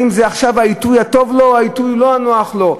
אם עכשיו זה העיתוי הטוב לו או שהעיתוי לא נוח לו.